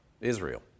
Israel